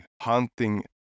hunting